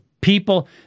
people